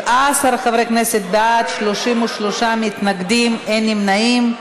17 חברי כנסת בעד, 33 מתנגדים, אין נמנעים.